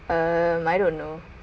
um I don't know